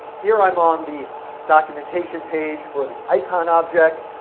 here, i'm on the documentation page for the icon object.